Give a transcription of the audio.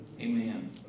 Amen